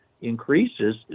increases